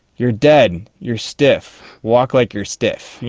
you're dead, you're stiff, walk like you're stiff.